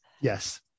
Yes